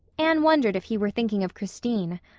anne wondered if he were thinking of christine.